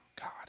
God